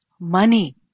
money